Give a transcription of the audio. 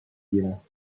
گیرم